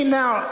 now